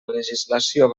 legislació